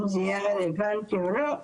אם זה יהיה רלוונטי או לא,